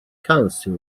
council